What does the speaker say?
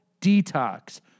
detox